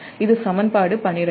இது சமன்பாடு 12